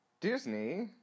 Disney